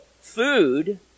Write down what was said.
food